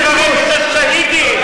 אתה, את השהידים.